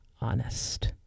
honest